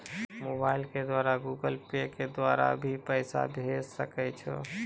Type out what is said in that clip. Mobile द्वारा Google Pay के द्वारा भी पैसा भेजै सकै छौ?